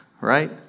right